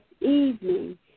evening